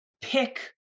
pick